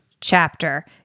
chapter